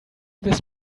this